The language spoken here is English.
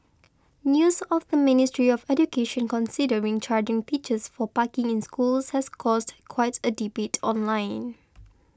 news of the Ministry of Education considering charging teachers for parking in schools has caused quite a debate online